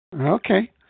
Okay